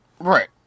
Right